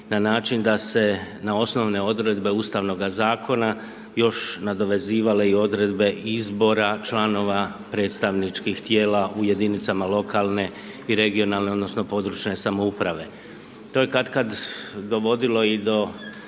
na način da se na osnovne odredbe Ustavnoga zakona još nadovezivale i odredbe izbora članova predstavničkih tijela u jedinicama lokalne i regionalne odnosno područne samouprave. To je kad kad i dovodilo i do